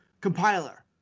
Compiler